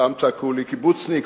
פעם צעקו לי "קיבוצניק",